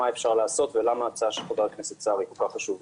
מה אפשר לעשות ולמה ההצעה של חבר הכנסת סער היא כל כך חשובה,